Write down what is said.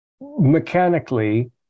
mechanically